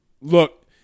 Look